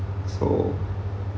so